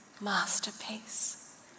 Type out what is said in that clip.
masterpiece